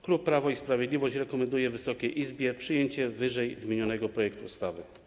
Klub Prawo i Sprawiedliwość rekomenduje Wysokiej Izbie przyjęcie ww. projektu ustawy.